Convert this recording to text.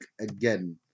again